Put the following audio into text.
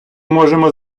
можемо